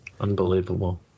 Unbelievable